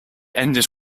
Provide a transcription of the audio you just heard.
ended